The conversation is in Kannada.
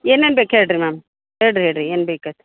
ಏನೇನು ಬೇಕು ಹೇಳಿರಿ ಮ್ಯಾಮ್ ಹೇಳಿರಿ ಹೇಳಿರಿ ಏನು ಬೇಕು